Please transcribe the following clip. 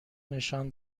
نشان